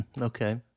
Okay